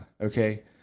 okay